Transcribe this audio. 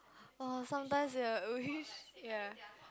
oh sometimes they wish ya